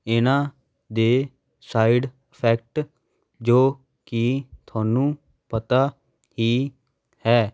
ਇਹਨਾਂ ਦੇ side effect ਜੋ ਕਿ ਤੁਹਾਨੂੰ ਪਤਾ ਹੀ ਹੈ